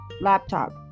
laptop